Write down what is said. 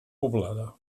poblada